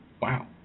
wow